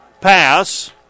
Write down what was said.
pass